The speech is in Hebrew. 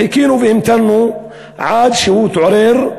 חיכינו והמתנו עד שהוא התעורר,